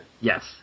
Yes